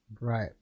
right